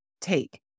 take